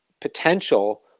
potential